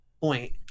point